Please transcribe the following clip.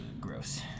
Gross